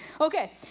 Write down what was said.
Okay